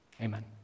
Amen